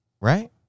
Right